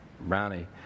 Brownie